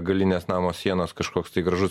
galinės namo sienos kažkoks tai gražus